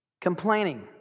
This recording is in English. Complaining